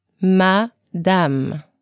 Madame